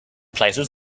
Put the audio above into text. places